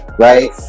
right